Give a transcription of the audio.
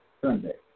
Sunday